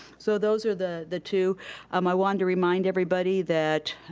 so those are the the two, um i wanted to remind everybody that